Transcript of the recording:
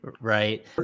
right